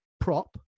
prop